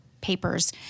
papers